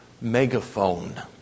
megaphone